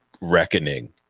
reckoning